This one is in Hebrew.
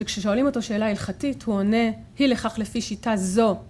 ‫וכששואלים אותו שאלה הלכתית, ‫הוא עונה, הילכך לפי שיטה זו.